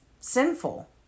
sinful